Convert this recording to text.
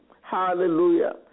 hallelujah